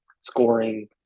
scoring